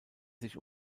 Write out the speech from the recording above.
sich